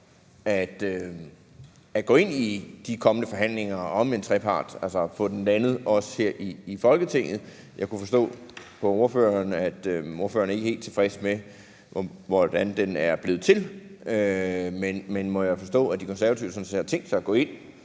at gå ind i de kommende forhandlinger om en trepart, altså få den landet også her i Folketinget. Jeg kunne forstå på ordføreren, at ordføreren ikke er helt tilfreds med, hvordan den er blevet til, men jeg må jo forstå, at De Konservative sådan set har tænkt sig at gå ind